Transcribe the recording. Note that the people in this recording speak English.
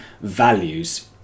values